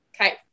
Okay